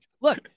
Look